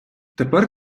тепер